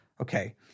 Okay